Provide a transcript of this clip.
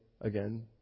again